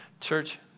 Church